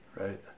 right